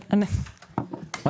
לא